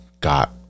got